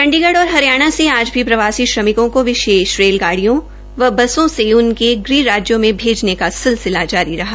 चंडीगढ़ और हरियाणा में आज भी प्रवासी श्रमिकों को विशेष रेलगाडियों व बसों में उनके ग़ह राज्यों में भेजने का सिलसिला जारी रहा